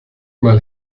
mal